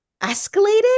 escalated